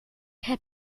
heb